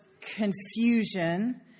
confusion